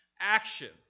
action